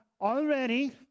already